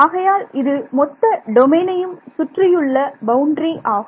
ஆகையால் இது மொத்த டொமைனையும் சுற்றியுள்ள பவுண்டரி ஆகும்